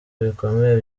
bikomeye